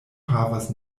havas